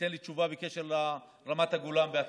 ייתן לי תשובה בקשר לרמת הגולן והתפוחים,